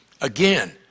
Again